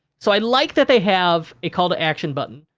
so, i like that they have a call-to-action button.